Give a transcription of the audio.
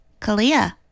Kalia